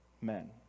men